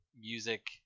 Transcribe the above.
music